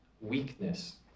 weakness